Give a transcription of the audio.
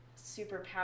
superpower